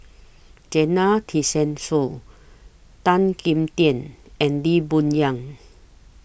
Zena Tessensohn Tan Kim Tian and Lee Boon Yang